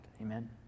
Amen